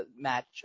match –